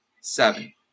seven